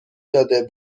داده